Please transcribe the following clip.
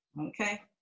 Okay